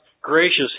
gracious